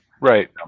right